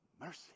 mercy